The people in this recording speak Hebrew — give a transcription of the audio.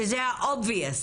שזה הברור מאליו,